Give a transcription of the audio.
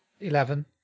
Eleven